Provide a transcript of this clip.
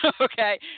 okay